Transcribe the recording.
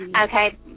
Okay